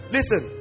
Listen